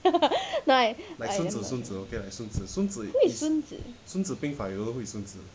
no like who is 孙子